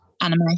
anime